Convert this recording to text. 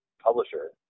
publisher